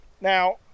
Now